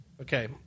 Okay